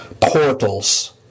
portals